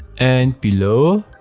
and below,